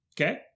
Okay